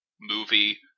movie